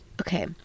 Okay